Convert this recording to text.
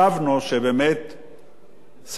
שרי הממשלה, כשהם אומרים משהו,